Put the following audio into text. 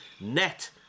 net